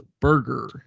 Burger